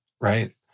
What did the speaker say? right